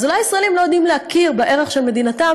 אז אולי הישראלים לא יודעים להכיר בערך של מדינתם,